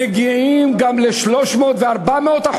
מגיעים גם ל-300% ו-400%,